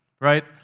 right